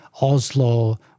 Oslo